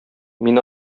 мин